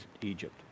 Egypt